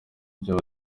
byo